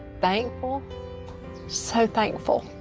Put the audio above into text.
thankful so thankful